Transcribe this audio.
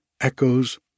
echoes